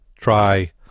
try